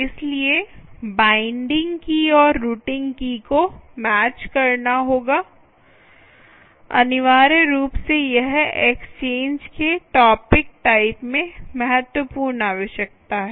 इसलिए बाईंडिंग की और रूटिंग की को मैच करना होगा अनिवार्य रूप से यह एक्सचेंज के टॉपिक टाइप में महत्वपूर्ण आवश्यकता है